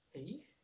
eh